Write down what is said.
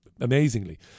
amazingly